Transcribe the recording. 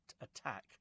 attack